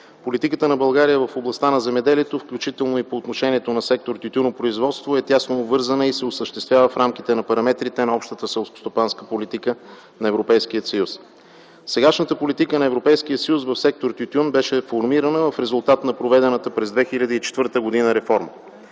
Политиката на България в областта на земеделието, включително и по отношение на сектор „Тютюнопроизводство” е тясно обвързана и се осъществява в рамките на параметрите на общата селскостопанска политика на Европейския съюз. Сегашната политика на Европейския съюз в сектор „Тютюн” беше формирана в резултат на проведената през 2004 г. реформа.